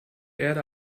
erde